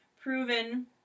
proven